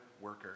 worker